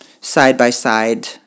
side-by-side